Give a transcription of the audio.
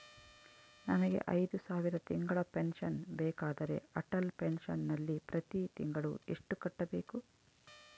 ನನಗೆ ಐದು ಸಾವಿರ ತಿಂಗಳ ಪೆನ್ಶನ್ ಬೇಕಾದರೆ ಅಟಲ್ ಪೆನ್ಶನ್ ನಲ್ಲಿ ಪ್ರತಿ ತಿಂಗಳು ಎಷ್ಟು ಕಟ್ಟಬೇಕು?